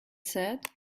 said